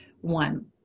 one